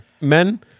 Men